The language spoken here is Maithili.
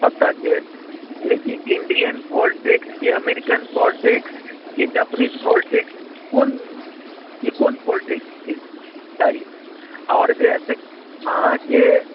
कतऽके जेकि Indian politics medical American politics कि जैपनीज पोल्टिक्स कोन ई कोन पोल्टिक्सके चाही आओर जे एतेक अहाँकेँ